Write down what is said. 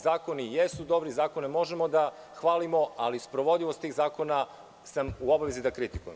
Zakoni jesu dobri, zakone možemo da hvalimo, ali sprovodljivost tih zakona sam u obavezi da kritikujem.